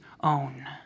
own